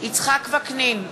יצחק וקנין,